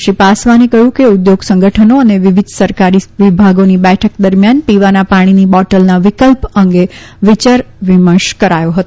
શ્રી પાસવાને કહ્યું કે ઉદ્યોગ સંગઠનો અને વિવિધ સરકારી વિભાગોની બેઠક દરમ્યાન પીવાના પાણીની બોટલના વિકલ્પ અંગે વિયાર વિમર્શ કરાયો હતો